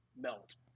melt